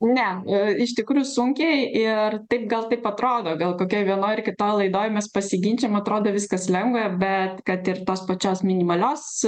ne i iš tikrųjų sunkiai ir taip gal taip atrodo gal kokioj vienoj ar kita laidoj mes pasiginčijam atrodo viskas lengva bet kad ir tos pačios minimalios